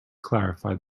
clarify